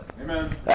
Amen